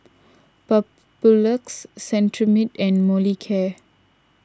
Papulex Cetrimide and Molicare